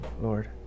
Lord